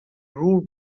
route